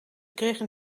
kregen